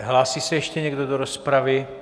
Hlásí se ještě někdo do rozpravy?